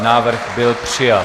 Návrh byl přijat.